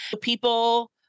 People